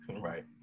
right